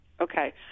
Okay